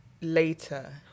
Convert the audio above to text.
later